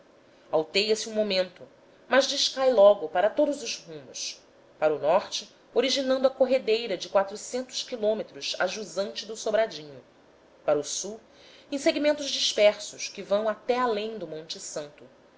alteia se um momento mas descai logo para todos os rumos para o norte originando a corredeira de quatrocentos quilômetros a jusante do sobradinho para o sul em segmentos dispersos que vão até além do monte santo